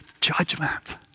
judgment